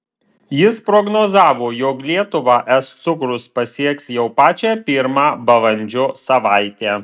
jis prognozavo jog lietuvą es cukrus pasieks jau pačią pirmą balandžio savaitę